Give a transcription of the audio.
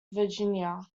virginia